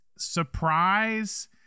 Surprise